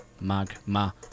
Magma